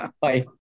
Bye